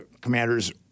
commanders